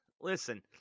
listen